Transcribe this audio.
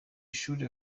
ishuri